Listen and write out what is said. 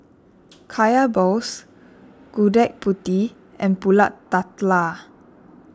Kaya Balls Gudeg Putih and Pulut